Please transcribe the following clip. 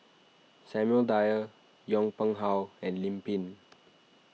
Samuel Dyer Yong Pung How and Lim Pin